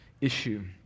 issue